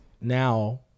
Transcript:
now